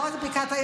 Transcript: לא, לא להפריע לה.